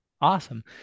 Awesome